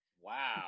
Wow